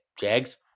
Jags